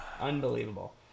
Unbelievable